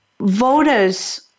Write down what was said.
Voters